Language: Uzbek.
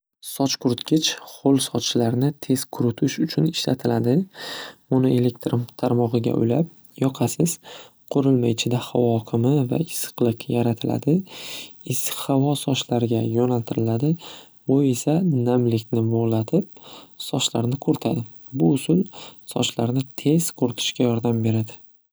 Soch quritgich ho'l sochlarni tez quritish uchun ishlatiladi. Uni elektr tarmog'iga ulab yoqasiz. Qurilma ichida havo oqimi va issiqlik yaratiladi. Issiq havo sochlarga yo'naltiriladi. U esa namlikni bug'latib sochlarni quritadi. Bu usul sochlarni tez quritishga yordam beradi.